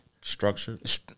Structured